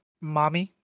mommy